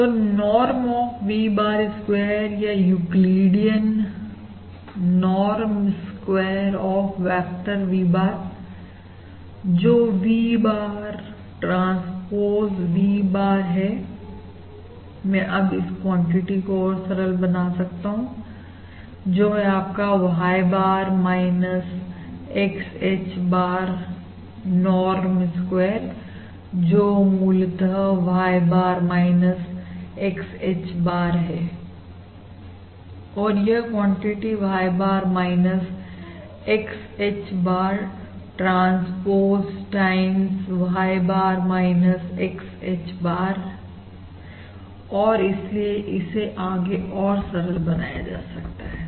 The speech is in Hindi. तो norm of V bar square या Euclidean norm square of vector V bar जो V bar transpose V bar है मैं अब इस क्वांटिटी को और सरल बना सकता हूं जो है आपका Y bar X H bar norm square जो मूलतः Y bar X H bar है और यह quantity Y bar X H bar transpose time Y bar X H bar और इसलिए इसे आगे और सरल बनाया जा सकता है